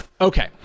Okay